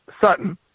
Sutton